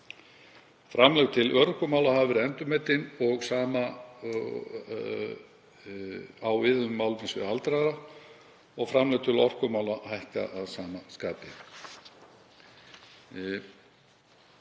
Framlög til örorkumála hafa verið endurmetin og sama á við um málefnasvið aldraðra og framlög til orkumála hækka að sama skapi.